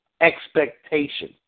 expectation